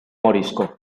morisco